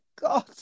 God